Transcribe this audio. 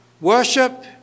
Worship